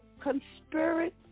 Conspiracy